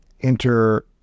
enter